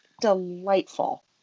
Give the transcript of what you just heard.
delightful